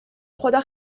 خدا